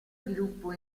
sviluppo